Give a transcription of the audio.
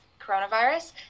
coronavirus